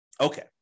Okay